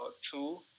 two